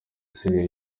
isigaye